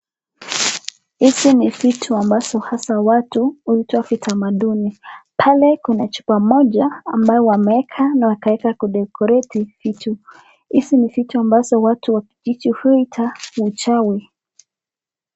Hizi ni vitu ambavyo watu huita utamaduni, pale kuna chupa moja ambayo wameekanna wakaeza kudekoreti vitu, hizi ni vitu watu huita uchawi.